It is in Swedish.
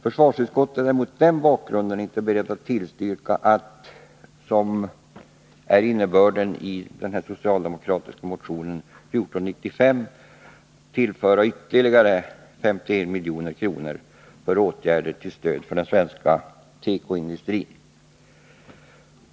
Försvarsutskottet är mot den bakgrunden inte berett att tillstyrka vad som är innebörden av förslagen i den socialdemokratiska motionen 1495, nämligen att anvisa ytterligare 51 milj.kr. för åtgärder till stöd för den svenska tekoindustrin.